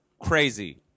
crazy